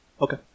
Okay